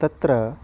तत्र